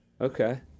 Okay